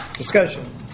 Discussion